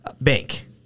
Bank